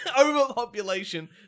overpopulation